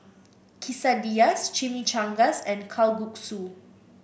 Quesadillas Chimichangas and Kalguksu